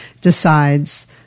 decides